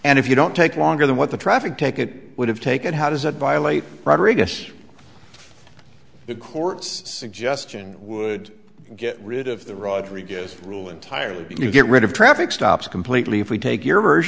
and if you don't take longer than what the traffic ticket would have taken how does it violate rodrigues the courts suggestion would get rid of the rodriguez rule entirely but you get rid of traffic stops completely if we take your